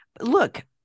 look